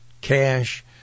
cash